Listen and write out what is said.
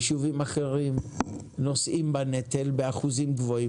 ישובים אחרים נושאים בנטל באחוזים גבוהים